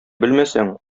белмәсәң